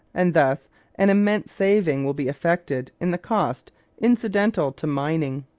and thus an immense saving will be effected in the costs incidental to mining.